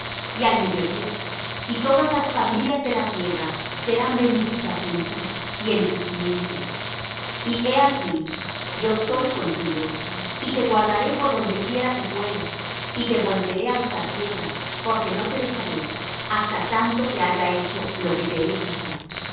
y al mediodía y todas las familias de la tierra serán benditas en ti y en tu simiente y he aquí yo soy contigo y te guardaré por donde quiera que fueres y te volveré á esta tierra porque no te dejaré hasta tanto que haya hecho lo que te he dicho